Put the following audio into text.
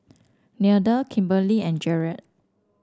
Nelda Kimberlie and Jerrad